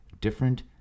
different